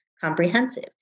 comprehensive